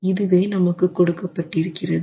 இதுவே நமக்கு கொடுக்கப்பட்டிருக்கிறது